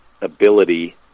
ability